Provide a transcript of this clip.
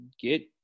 get